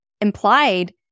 implied